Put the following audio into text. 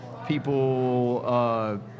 People